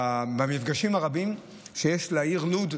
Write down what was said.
המפגשים הרבים שיש לעיר לוד,